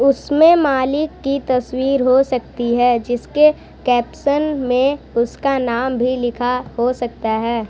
उसमें मालिक की तस्वीर हो सकती है जिसके कैप्शन में उसका नाम भी लिखा हो सकता है